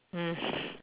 mm